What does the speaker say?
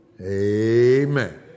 Amen